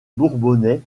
bourbonnais